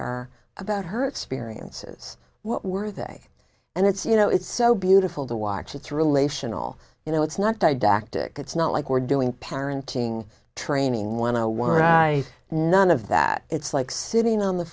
her about her experiences what were they and it's you know it's so beautiful to watch it's relational you know it's not didactic it's not like we're doing parenting training want to none of that it's like sitting on the